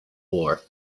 war